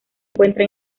encuentra